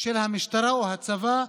של המשטרה או הצבא?